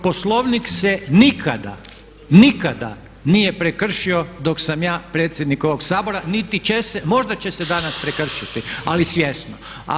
Poslovnik se nikada, nikada nije prekršio dok sam ja predsjednik ovog Sabora, niti će se, možda će se danas prekršiti ali svjesno.